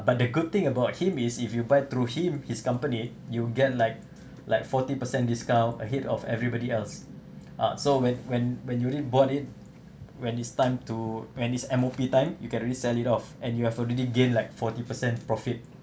but the good thing about him is if you buy through him his company you get like like forty percent discount ahead of everybody else ah so when when when you already bought it when it's time to when it's M_O_P time you can resell it off and you have already gained like forty percent profit